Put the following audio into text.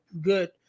good